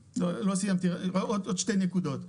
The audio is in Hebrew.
עוד שתי נקודות.